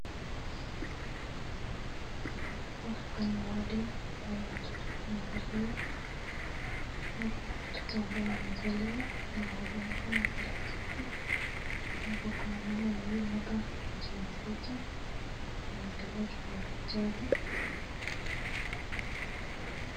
Hapa ni wadi ambayo watoto wamezaliwa, naona kuna mtoto ambaye amezaliwa anasaidiwa na daktari ambapo kuna mama mwingine hapa mja mzito anaongeleshwa na daktari.